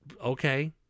okay